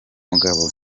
mugabo